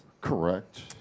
Correct